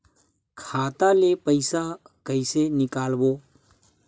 खाता ले पईसा कइसे निकालबो?